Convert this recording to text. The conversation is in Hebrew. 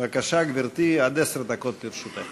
בבקשה, גברתי, עד עשר דקות לרשותך.